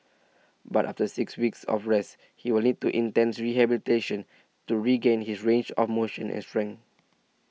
but after six weeks of rest he will need to intense rehabilitation to regain his range of motion and strength